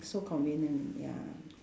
so convenient ya